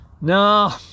No